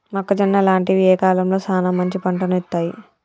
మొక్కజొన్న లాంటివి ఏ కాలంలో సానా మంచి పంటను ఇత్తయ్?